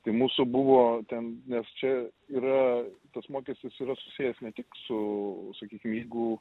tai mūsų buvo ten nes čia yra tas mokestis yra susijęs ne tik su sakykim jeigu